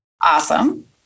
Awesome